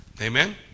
Amen